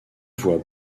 voix